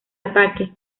ataque